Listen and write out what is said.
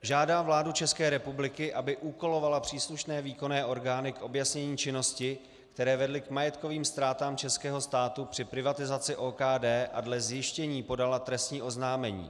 Žádá vládu České republiky, aby úkolovala příslušné výkonné orgány k objasnění činnosti, které vedly k majetkovým ztrátám českého státu při privatizaci OKD, a dle zjištění podala trestní oznámení.